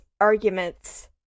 arguments